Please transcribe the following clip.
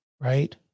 right